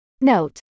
Note